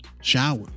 Shower